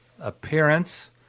appearance